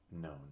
known